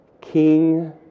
King